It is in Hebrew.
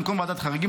במקום ועדת חריגים,